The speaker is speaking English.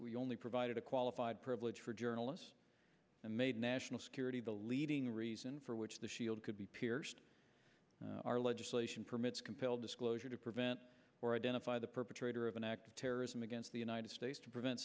we only provided a qualified privilege for journalists and made national security the leading reason for which the shield could be pierced our legislation permits compel disclosure to prevent or identify the perpetrator of an act of terrorism against the united states to prevent